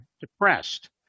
depressed